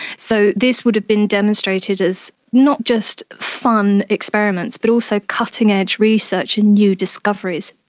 so this would have been demonstrated as not just fun experiments but also cutting edge research and new discoveries.